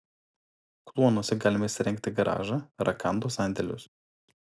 kluonuose galima įsirengti garažą rakandų sandėlius